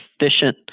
efficient